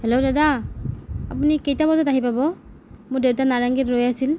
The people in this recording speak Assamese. হেল্ল' দাদা আপুনি কেইটা বজাত আহি পাব মোৰ দেউতা নাৰেংগীত ৰৈ আছিল